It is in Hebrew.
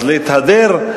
אז להתהדר?